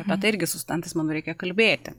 apie tai irgi su studentais manau reikia kalbėti